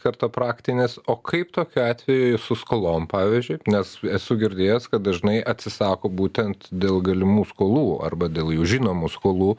karto praktinės o kaip tokiu atveju jūs su skolom pavyzdžiui nes esu girdėjęs kad dažnai atsisako būtent dėl galimų skolų arba dėl jų žinomų skolų